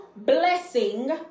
blessing